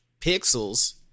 pixels